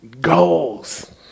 goals